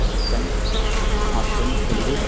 chicken mushroom chilly